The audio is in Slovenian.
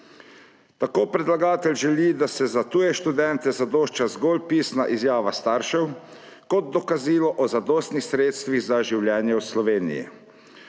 Tako predlagatelj želi, da za tuje študente zadošča zgolj pisna izjava staršev kot dokazilo o zadostnih sredstvih za življenje v Sloveniji.